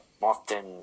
often